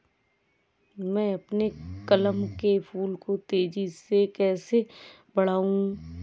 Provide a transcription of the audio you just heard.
मैं अपने कमल के फूल को तेजी से कैसे बढाऊं?